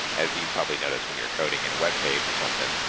as you probably notice, when you're coding in a webpage or something,